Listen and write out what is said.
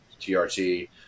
TRT